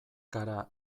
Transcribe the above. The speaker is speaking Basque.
gara